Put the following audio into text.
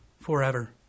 forever